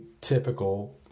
typical